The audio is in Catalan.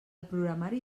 programari